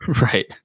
Right